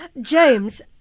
James